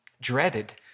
dreaded